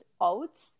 oats